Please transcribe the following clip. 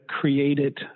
created